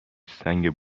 سنگ